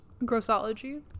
Grossology